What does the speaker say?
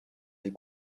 des